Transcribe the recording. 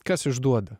kas išduoda